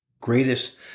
greatest